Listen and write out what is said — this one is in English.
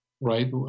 right